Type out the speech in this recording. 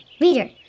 Reader